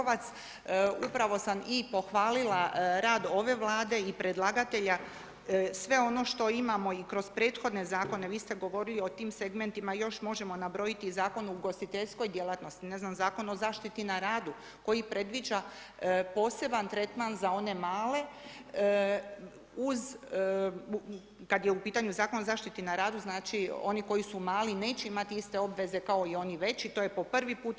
Hvala lijepo, pa kolegice Jelkovac upravo sam i pohvalila rad ove Vlade i predlagatelja, sve ono što imamo i kroz prethodne zakone, vi ste govorili o tim segmentima još možemo nabrojiti Zakon o ugostiteljskoj djelatnosti, ne znam, Zakon o zaštiti na radu, koji predviđa poseban tretman za one male, uz kad je u pitanju Zakon o zaštiti na radu, znači, oni koji su mali neće imati iste obveze kao i oni veći, to je po prvi put.